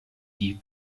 die